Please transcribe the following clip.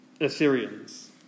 Assyrians